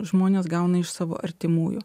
žmonės gauna iš savo artimųjų